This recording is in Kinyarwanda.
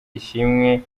ishimwe